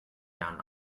down